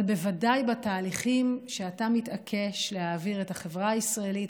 אבל בוודאי בתהליכים שאתה מתעקש להעביר את החברה הישראלית,